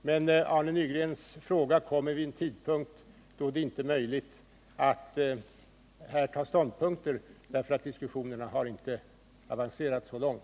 Men Arne Nygrens fråga kommer vid en tidpunkt då det inte är möjligt att redovisa några ståndpunkter — diskussionerna har inte avancerat så långt.